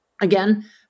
Again